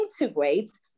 integrates